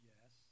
Yes